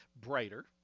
brighter